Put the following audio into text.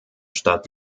stadt